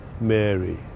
Mary